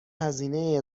هزینه